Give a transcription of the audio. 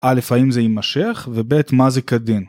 א', האם זה יימשך, וב', מה זה כדין.